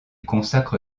consacre